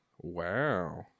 Wow